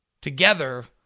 together